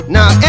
Now